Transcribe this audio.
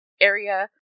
area